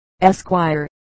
Esquire